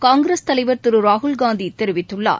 காங்கிரஸ் தலைவர் திரு ராகுல்காந்தி தெரிவித்துள்ளார்